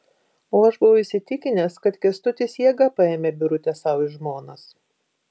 o aš buvau įsitikinęs kad kęstutis jėga paėmė birutę sau į žmonas